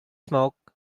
smoke